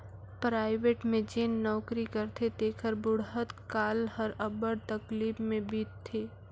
private में जेन नउकरी करथे तेकर बुढ़त काल हर अब्बड़ तकलीफ में बीतथे